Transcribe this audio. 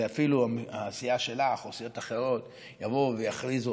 ואפילו הסיעה שלך או סיעות אחרות יבואו ויכריזו